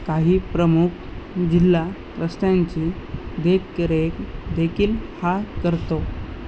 काही प्रमुख जिल्हा रस्त्यांची देखरेख देखील हा करतो